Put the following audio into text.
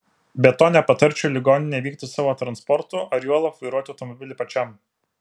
be to nepatarčiau į ligoninę vykti savo transportu ar juolab vairuoti automobilį pačiam